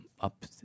up